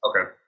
Okay